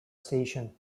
station